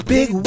Big